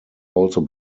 also